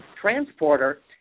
transporter